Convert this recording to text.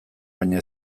baina